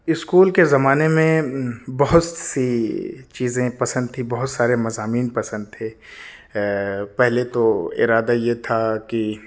school کے زمانے میں بہت سی چیزیں پسند تھی بہت سارے مضامین پسند تھے پہلے تو ارادہ یہ تھا کہ